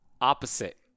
opposite